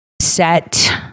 set